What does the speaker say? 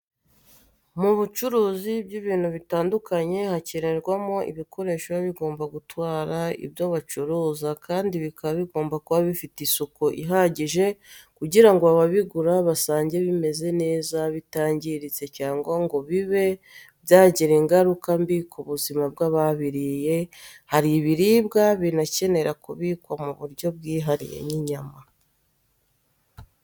Mu bucuruzi by'ibintu bitandukanye hakenerwa mo ibikoresho biba bigomba gutwara ibyo bacuruza kandi bikaba bigomba kuba bifite isuku ihagije kugirango ababigura basange bimeze neza bitarangiritse cyangwa ngo bibe byagira ingaruka mbi ku buzima bwababiriye. Hari ibiribwa binakenera kubikwa mu buryo bwihariyenk'inyama.